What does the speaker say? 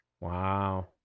Wow